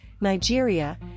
Nigeria